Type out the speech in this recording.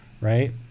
right